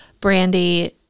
Brandy